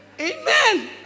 Amen